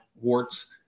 warts